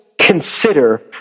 consider